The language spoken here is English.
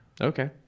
Okay